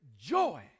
joy